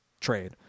trade